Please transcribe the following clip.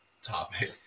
topic